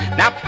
now